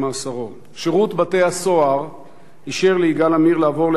שירות בתי-הסוהר אישר ליגאל עמיר לעבור לאגף רגיל.